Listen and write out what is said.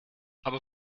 aber